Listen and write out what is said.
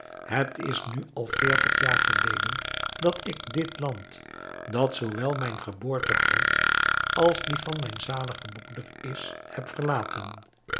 het is nu al veertig jaar geleden dat ik dit land dat zoowel mijn geboortegrond als die van mijn zaligen broeder is heb verlaten